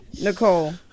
Nicole